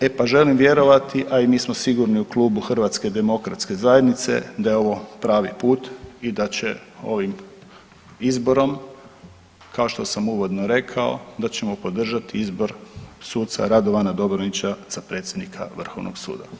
E pa želim vjerovati, a i mi smo sigurni u klubu HDZ-a da je ovo pravi put i da će ovim izborom kao što sam uvodno rekao da ćemo podržati izbor suca Radovana Dobronića za predsjednika Vrhovnog suda.